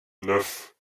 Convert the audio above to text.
neuf